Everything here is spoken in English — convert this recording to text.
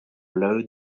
low